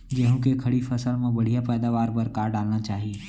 गेहूँ के खड़ी फसल मा बढ़िया पैदावार बर का डालना चाही?